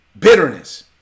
bitterness